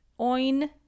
Oin